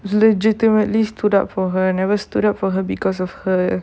legitimately stood up for her and never stood up for her because of her